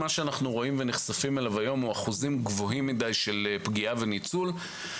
אנחנו נחשפים היום לאחוזים גבוהים מדי של פגיעה וניצול.